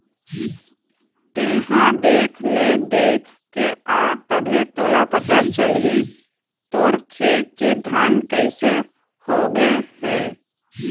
तेंहा देख ले देखके आ तभे तोला पता चलही तोर खेत के धान कइसे हो गे हे